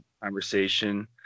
conversation